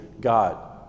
God